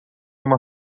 uma